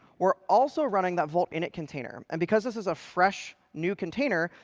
we're also running that vault init container. and because this is a fresh, new container,